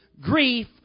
grief